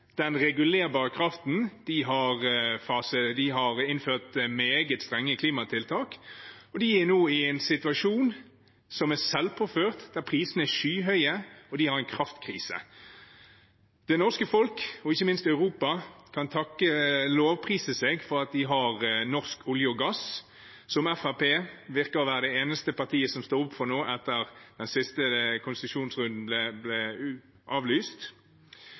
den regulerbare kraften, de har innført meget strenge klimatiltak, og de er nå i en situasjon som er selvpåført, der prisene er skyhøye, og de har en kraftkrise. Det norske folk, og ikke minst Europa, kan prise seg over at de har norsk olje og gass, som Fremskrittspartiet virker å være det eneste partiet som står opp for nå etter at den siste konsesjonsrunden ble